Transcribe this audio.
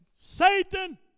Satan